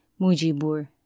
Mujibur